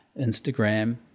Instagram